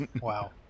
wow